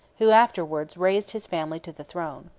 who afterwards raised his family to the throne.